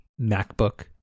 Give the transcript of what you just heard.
MacBook